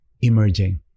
emerging